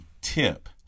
tip